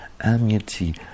amity